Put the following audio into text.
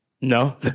No